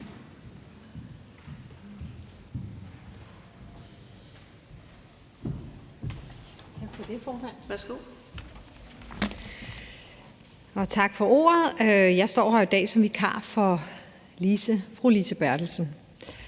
Tak for ordet, formand. Jeg står her i dag som vikar for fru Lise Bertelsen.